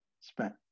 spent